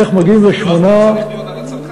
איך מגיעים ל-8, לא הכול צריך להיות על הצרכן.